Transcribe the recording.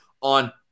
on